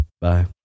Bye